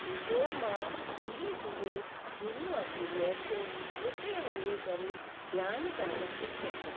पोइ मां धीरे धीरे गुरू वटि वियासीं उते वञी करे ध्यान करणु सिखियसि